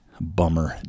bummer